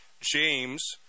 James